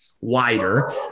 wider